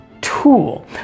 tool